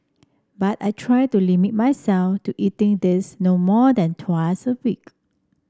but I try to limit myself to eating these no more than thrice a week